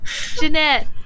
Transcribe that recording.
Jeanette